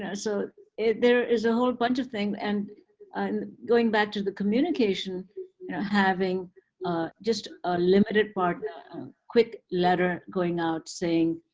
yeah so there is a whole bunch of things. and um going back to the communication having just a limited partner, a quick letter going out, saying,